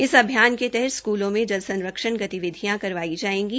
इस अभियान के तहत स्कूलो में जल संरक्षण गतिविधियां की जाएंगी